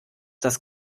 das